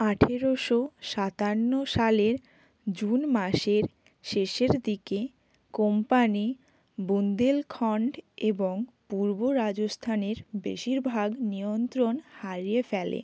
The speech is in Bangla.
আঠেরোশো সাতান্ন সালের জুন মাসের শেষের দিকে কোম্পানি বুন্দেলখন্ড এবং পূর্ব রাজস্থানের বেশিরভাগ নিয়ন্ত্রণ হারিয়ে ফেলে